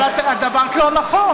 אבל את אמרת לא נכון.